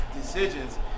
decisions